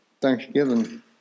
Thanksgiving